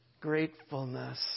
gratefulness